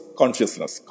consciousness